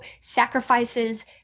sacrifices